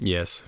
Yes